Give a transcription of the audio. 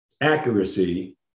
accuracy